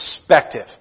perspective